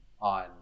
on